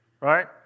Right